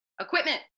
equipment